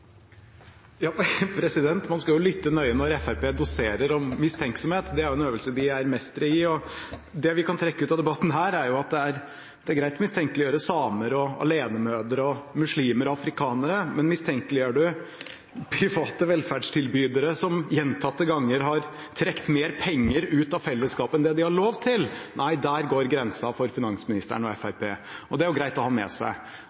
en øvelse de er mestere i. Det vi kan trekke ut av debatten her, er at det er greit å mistenkeliggjøre samer, alenemødre, muslimer og afrikanere, men mistenkeliggjør man private velferdstilbydere som gjentatte ganger har trukket mer penger ut av fellesskapet enn det de har lov til – nei, der går grensen for finansministeren og Fremskrittspartiet. Og det er jo greit å ha med seg.